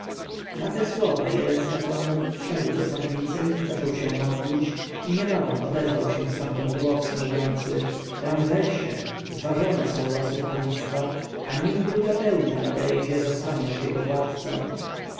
na te słowa jeden z kapłanów wszedł do kaplicy zaczął się modlić i niebawem odezwał się stamtąd głos mówiący ramzesie zważone są losy państwa a nim druga pełnia nadejdzie zostaniesz jego władcą